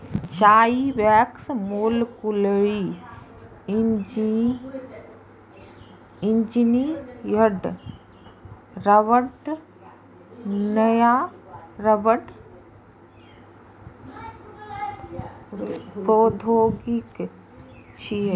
Zyvex molecularly engineered रबड़ नया रबड़ प्रौद्योगिकी छियै